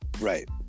Right